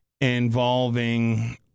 involving